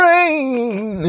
Rain